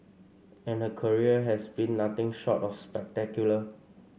and her career has been nothing short of spectacular